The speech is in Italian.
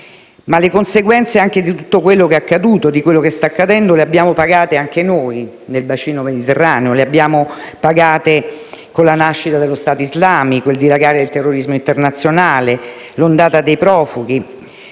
le conseguenze di tutto quello che è accaduto e di quello che sta accadendo le abbiamo pagate anche noi nel bacino mediterraneo; le abbiamo pagate con la nascita dello "stato islamico", il dilagare del terrorismo internazionale, l'ondata dei profughi.